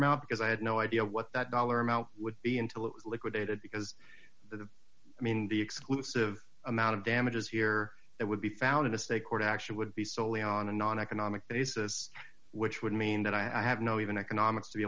amount because i had no idea what that dollar amount would be until it was liquidated because i mean the exclusive amount of damages here that would be found in a state court action would be soley on a non economic basis which would mean that i have no even economics to be